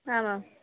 ಹಾಂ ಮ್ಯಾಮ್